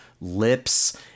lips